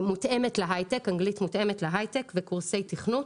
מותאמת להיי-טק, וקורסי תכנות.